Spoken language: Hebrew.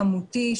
כמותי,